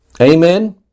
Amen